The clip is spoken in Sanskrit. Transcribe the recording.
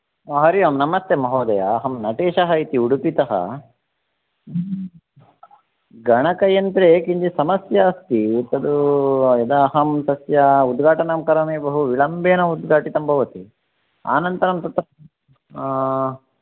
हरि ओम् नमस्ते महोदयः अहं नटेशः इति उडुपीतः गणकयन्त्रे किञ्चित् समस्या अस्ति तद् यदा अहं तस्य उद्घाटनं करोमि बहु विलम्बेन उद्घाटितं भवति अनन्तरं तत्र